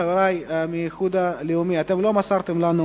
חברי מהאיחוד הלאומי, לא מסרתם לנו